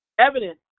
evidence